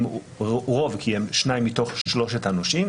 הם רוב כי הם שניים מתוך שלושת הנושים.